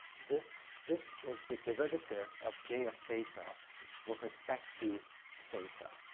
this this is the derivative of j of theta with respect to theta,